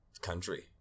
country